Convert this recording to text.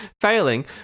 Failing